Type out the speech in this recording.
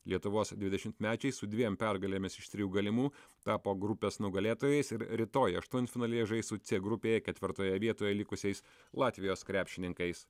lietuvos dvidešimtmečiai su dviem pergalėmis iš trijų galimų tapo grupės nugalėtojais ir rytoj aštuntfinalyje žais su cė grupėje ketvirtoje vietoje likusiais latvijos krepšininkais